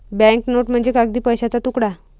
bank note म्हणजे कागदी पैशाचा तुकडा